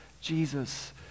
Jesus